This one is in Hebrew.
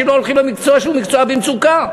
לא הולכים למקצוע שהוא מקצוע במצוקה.